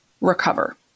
recover